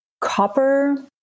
copper